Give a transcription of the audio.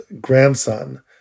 grandson